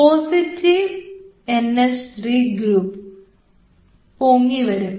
positive N H 3 group പൊങ്ങിവരും